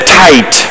tight